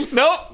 nope